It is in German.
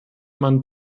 man